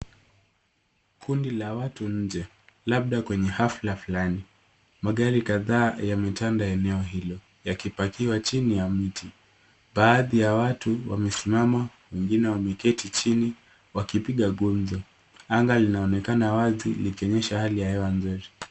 Kundi la watu nje labda kwenye hafla fulani. Magari kadhaa yametandaeneo eneo hilo yakipakiwa chini ya miti. Baadhi ya watu wamesimama wengine wameketi chini wakipita gumzo. Anga linaonekana wazi likionyesha hali ya hewa nzuri.